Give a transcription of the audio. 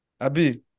Abi